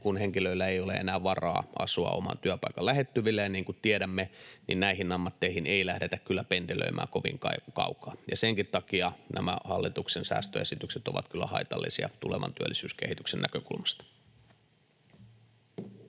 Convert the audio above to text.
kun henkilöillä ei ole enää varaa asua oman työpaikan lähettyvillä. Ja niin kuin tiedämme, näihin ammatteihin ei lähdetä kyllä pendelöimään kovinkaan kaukaa, ja senkin takia nämä hallituksen säästöesitykset ovat kyllä haitallisia tulevan työllisyyskehityksen näkökulmasta. [Speech